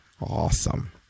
Awesome